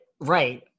right